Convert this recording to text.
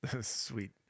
Sweet